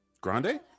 Grande